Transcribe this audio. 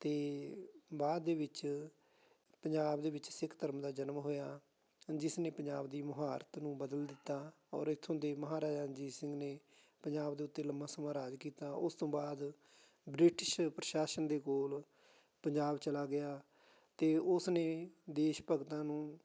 ਅਤੇ ਬਾਅਦ ਦੇ ਵਿੱਚ ਪੰਜਾਬ ਦੇ ਵਿੱਚ ਸਿੱਖ ਧਰਮ ਦਾ ਜਨਮ ਹੋਇਆ ਜਿਸ ਨੇ ਪੰਜਾਬ ਦੀ ਮੁਹਾਰਤ ਨੂੰ ਬਦਲ ਦਿੱਤਾ ਔਰ ਇੱਥੋਂ ਦੇ ਮਹਾਰਾਜਾ ਰਣਜੀਤ ਸਿੰਘ ਨੇ ਪੰਜਾਬ ਦੇ ਉੱਤੇ ਲੰਬਾ ਸਮਾਂ ਰਾਜ ਕੀਤਾ ਉਸ ਤੋਂ ਬਾਅਦ ਬ੍ਰਿਟਿਸ਼ ਪ੍ਰਸ਼ਾਸਨ ਦੇ ਕੋਲ ਪੰਜਾਬ ਚਲਾ ਗਿਆ ਅਤੇ ਉਸ ਨੇ ਦੇਸ਼ ਭਗਤਾਂ ਨੂੰ